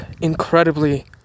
incredibly